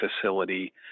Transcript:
facility